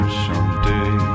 someday